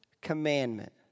commandment